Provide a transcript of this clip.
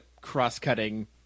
cross-cutting